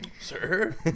Sir